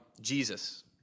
Jesus